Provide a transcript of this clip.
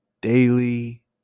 daily